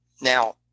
Now